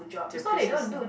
to precisely